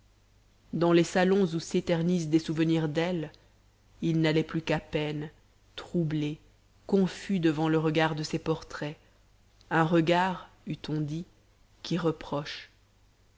dans les salons où s'éternisent des souvenirs d'elle il n'allait plus qu'à peine troublé confus devant le regard de ses portraits un regard eût on dit qui reproche